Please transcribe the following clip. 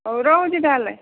ହଉ ରହୁଛି ତାହାଲେ